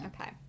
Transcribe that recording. Okay